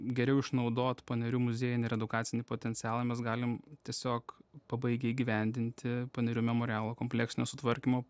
geriau išnaudot panerių muziejinį ir edukacinį potencialą mes galim tiesiog pabaigę įgyvendinti panerių memorialo kompleksinio sutvarkymo